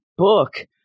Book